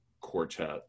quartet